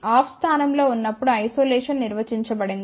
of స్థానం లో ఉన్నప్పుడు ఐసోలేషన్ నిర్వచించబడింది